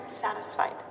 satisfied